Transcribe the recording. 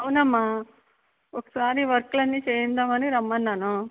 అవునమ్మా ఒకసారి వర్క్లన్ని చేయించుదామని రమ్మన్నాను